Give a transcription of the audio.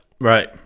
Right